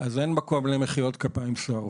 אז אין מקום למחיאות כפיים סוערות.